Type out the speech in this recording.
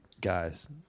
guys